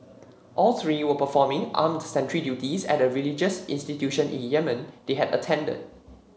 all three were performing armed sentry duties at a religious institution in Yemen they had attended